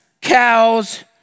cows